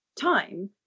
time